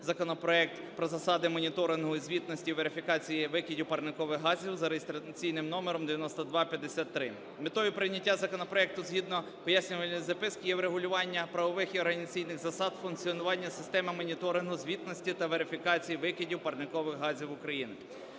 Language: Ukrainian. законопроект про засади моніторингової звітності у верифікації викидів парникових газів за реєстраційним номером 9253. Метою прийняття законопроекту згідно пояснювальної записки є врегулювання правових і організаційний засад функціонування системи моніторингу звітності та верифікації викидів парникових газів в Україні.